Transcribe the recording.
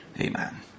Amen